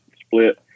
split